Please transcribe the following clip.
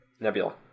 Nebula